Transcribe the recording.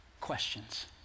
questions